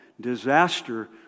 disaster